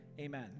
amen